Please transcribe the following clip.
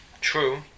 True